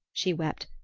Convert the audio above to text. she wept,